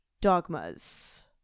dogmas